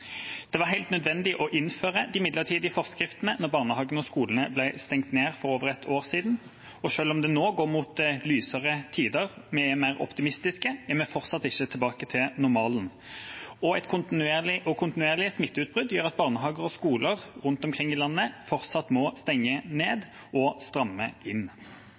Det var helt nødvendig å innføre de midlertidige forskriftene da barnehagene og skolene ble stengt ned for over et år siden, og selv om det nå går mot lysere tider og vi er mer optimistiske, er vi fortsatt ikke tilbake til normalen. Kontinuerlige smitteutbrudd gjør at barnehager og skoler rundt omkring i landet fortsatt må stenge ned og stramme inn.